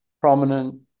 prominent